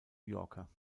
yorker